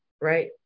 right